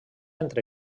entre